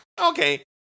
Okay